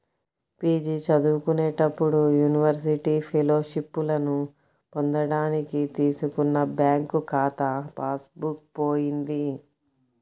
PG చదువుకునేటప్పుడు university ఫెలోషిప్పులను పొందడానికి తీసుకున్న బ్యాంకు ఖాతా పాస్ బుక్ పోయింది